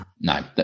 No